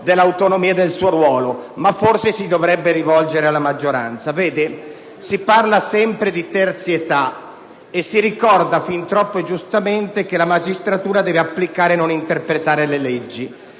dell'autonomia del suo ruolo, ma forse si dovrebbe rivolgere alla maggioranza. Si parla sempre di terzietà e si ricorda fin troppo giustamente che la magistratura deve applicare e non interpretare le leggi.